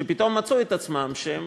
ופתאום מצאו את עצמם שהם